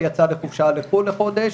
היא יצאה לחופשה לחו"ל לחודש,